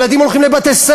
ילדים הולכים לבתי-ספר,